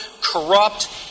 corrupt